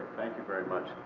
thank you very much.